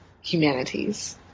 humanities